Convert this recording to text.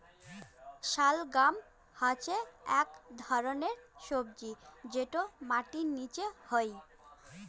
শালগাম হসে আক ধরণের সবজি যটো মাটির নিচে হই